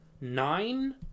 nine